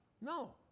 No